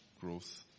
growth